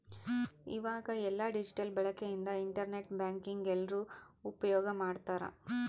ಈವಾಗ ಎಲ್ಲ ಡಿಜಿಟಲ್ ಬಳಕೆ ಇಂದ ಇಂಟರ್ ನೆಟ್ ಬ್ಯಾಂಕಿಂಗ್ ಎಲ್ರೂ ಉಪ್ಯೋಗ್ ಮಾಡ್ತಾರ